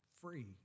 free